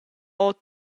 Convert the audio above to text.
ora